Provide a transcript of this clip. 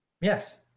Yes